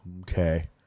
Okay